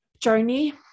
journey